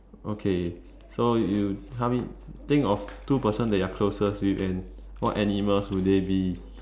okay so you help me think of two person you are closest with and what animals would they be